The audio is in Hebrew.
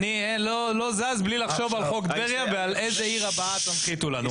אני לא זז בלי לחשוב על חוק טבריה ועל איזה עיר הבאה תנחיתו לנו.